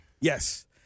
Yes